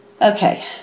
Okay